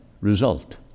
result